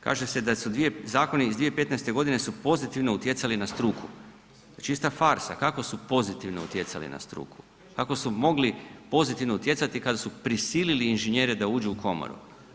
Kaže se da su dvije, zakoni iz 2015.g. su pozitivno utjecali na struku, to je čista farsa, kako su pozitivno utjecali na struku, kako su mogli pozitivno utjecati kada su prisilili inženjere da uđu u komoru.